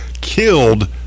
killed